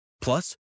Plus